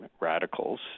radicals